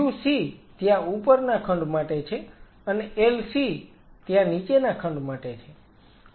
UC ત્યાં ઉપરના ખંડ માટે છે અને LC ત્યાં નીચેના ખંડ માટે છે